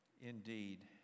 indeed